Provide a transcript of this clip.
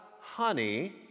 honey